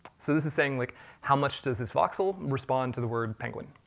so this saying like how much does this voxel respond to the word penguin?